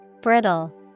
Brittle